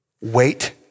Wait